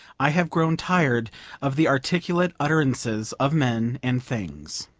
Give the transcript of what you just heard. i have grown tired of the articulate utterances of men and things.